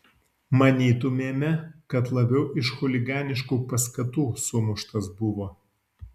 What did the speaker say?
manytumėme kad labiau iš chuliganiškų paskatų sumuštas buvo